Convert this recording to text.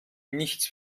nichts